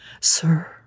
Sir